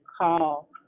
call